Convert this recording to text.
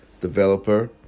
developer